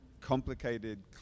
complicated